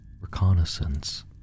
reconnaissance